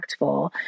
impactful